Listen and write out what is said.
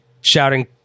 shouting